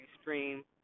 stream